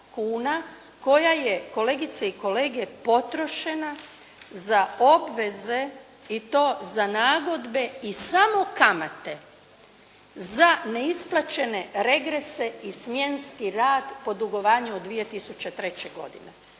koja je, kolegice i kolege potrošena za obveze i to za nagodbe i samo kamate za neisplaćene regrese i smjenski rad po dugovanju od 2003. godine.